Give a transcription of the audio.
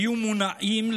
היו מונָעים,